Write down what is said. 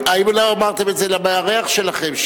האם אמרתם את זה למארח שלכם,